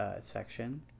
Section